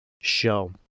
show